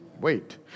Wait